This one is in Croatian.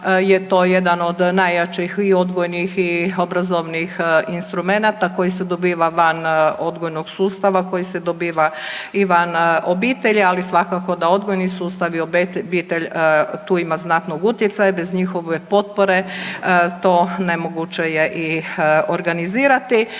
je to jedan od najjačih i odgojnih i obrazovnih instrumenata koji se dobiva van odgojnog sustava koji se dobiva i van obitelji, ali svakako da odgojni sustav i obitelj tu ima znatnog utjecaja, bez njihove potpore to nemoguće je i organizirati.